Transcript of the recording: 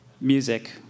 music